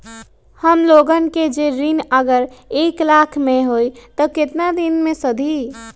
हमन लोगन के जे ऋन अगर एक लाख के होई त केतना दिन मे सधी?